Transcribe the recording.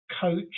coach